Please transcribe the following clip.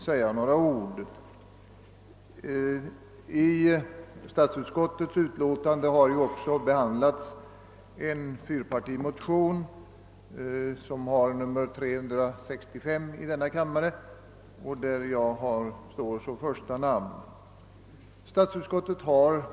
Statsutskottets utlåtande behandlar bl.a. en fyrpartimotion, 11: 365, under vilken jag står som första namn.